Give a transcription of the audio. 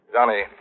Johnny